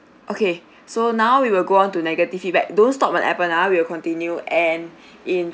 okay so now we will go on to negative feedback don't stop on Appen ah we'll continue and in